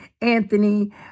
anthony